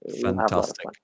Fantastic